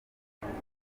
gutanga